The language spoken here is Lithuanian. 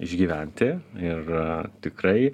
išgyventi ir tikrai